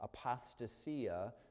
apostasia